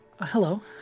hello